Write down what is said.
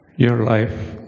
your life,